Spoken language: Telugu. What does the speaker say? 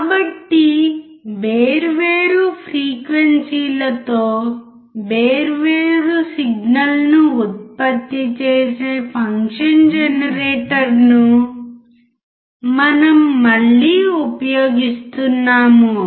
కాబట్టి వేర్వేరు ఫ్రీక్వెన్సీ లతో వేర్వేరు సిగ్నల్ లను ఉత్పత్తి చేసే ఫంక్షన్ జనరేటర్ను మనం మళ్ళీ ఉపయోగిస్తున్నాము